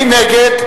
מי נגד?